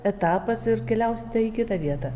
etapas ir keliausite į kitą vietą